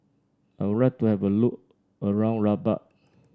I would like to have a look around Rabat